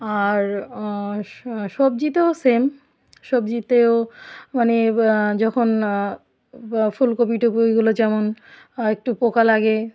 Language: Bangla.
আর সবজিতেও সেম সবজিতেও মানে যখন ফুলকপি টোপি ওইগুলো যেমন একটু পোকা লাগে